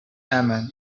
amen